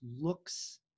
looks